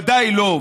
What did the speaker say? ודאי לא.